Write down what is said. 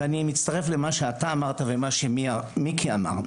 ואני מצטרף למה שאתה אמרת, ולמה שמיקי אמר.